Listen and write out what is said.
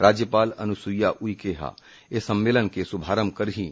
राज्यपाल अनुसुईया उइके इस सम्मेलन का शुभारंभ करेंगी